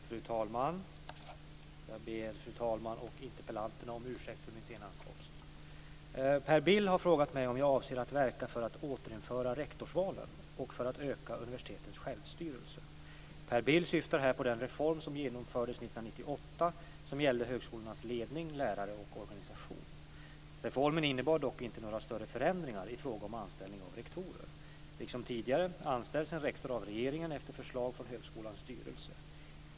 Fru talman! Jag ber fru talmannen och interpellanten om ursäkt för min sena ankomst. Per Bill har frågat mig om jag avser att verka för att återinföra rektorsvalen och för att öka universitetens självstyrelse. Per Bill syftar här på den reform som genomfördes 1998, som gällde högskolornas ledning, lärare och organisation. Reformen innebar dock inte några större förändringar i fråga om anställning av rektorer. Liksom tidigare anställs en rektor av regeringen efter förslag från högskolans styrelse.